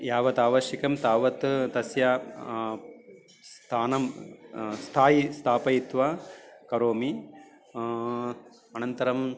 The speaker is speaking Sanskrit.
यावत् आवश्यकं तावत् तस्य स्थानं स्थायी स्थापयित्वा करोमि अनन्तरं